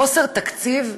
חוסר תקציב?